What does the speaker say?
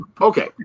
Okay